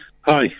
Hi